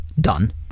done